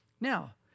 Now